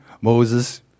Moses